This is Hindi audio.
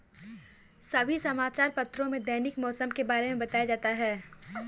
सभी समाचार पत्रों में दैनिक मौसम के बारे में बताया जाता है